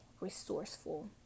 resourceful